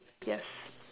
yes